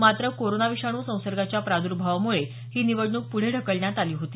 मात्र कोरोना विषाणू संसर्गाच्या प्रादुर्भावामुळे ही निवडणूक पुढे ढकलण्यात आली होती